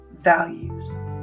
values